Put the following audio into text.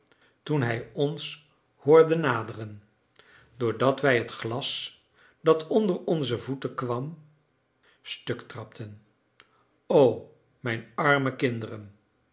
toen hij ons hoorde naderen doordat wij het glas dat onder onze voeten kwam stuk trapten o mijn arme kinderen